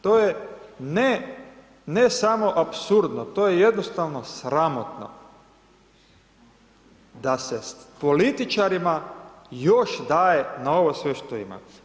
To je ne, ne samo apsurdno, to je jednostavno sramotno, da se političarima još daje na ovo sve što imaju.